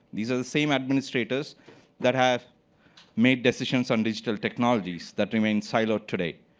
these are the same administrators that have made decisions on these technologies that remain siloed today.